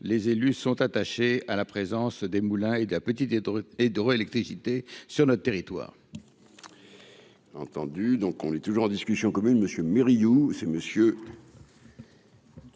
les élus sont attachés à la présence des Moulins et de la petite et et de électricité sur notre territoire.